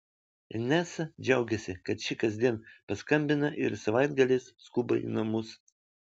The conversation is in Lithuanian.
inesa džiaugiasi kad ši kasdien paskambina ir savaitgaliais skuba į namus